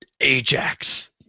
Ajax